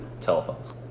Telephones